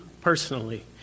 personally